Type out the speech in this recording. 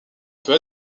peut